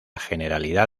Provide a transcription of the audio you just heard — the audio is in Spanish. generalidad